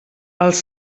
els